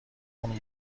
اون